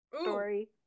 story